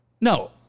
No